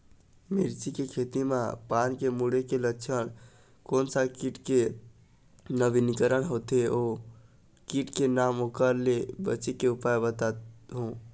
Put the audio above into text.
मिर्ची के खेती मा पान के मुड़े के लक्षण कोन सा कीट के नवीनीकरण होथे ओ कीट के नाम ओकर ले बचे के उपाय बताओ?